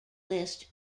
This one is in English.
list